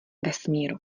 vesmíru